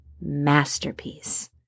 masterpiece